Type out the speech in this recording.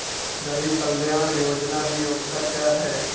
गरीब कल्याण योजना की योग्यता क्या है?